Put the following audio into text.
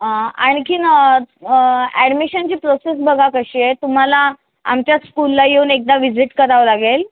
आणखी ॲडमिशनची प्रोसेस बघा कशी आहे तुम्हाला आमच्या स्कूलला येऊन एकदा विजिट करावं लागेल